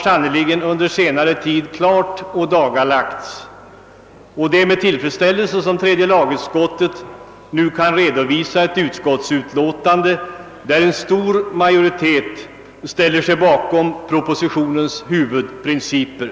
har under senare tid klart ådagalagts, och det är med stor tillfredsställelse som tredje lagutskottet redovisar ett utlåtande, av vilket framgår att en stor majoritet ställer sig bakom propositionens huvudprinciper.